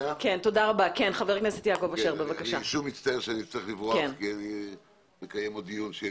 מצטער שאני צריך לברוח כי אני מקיים עוד דיון שלצערי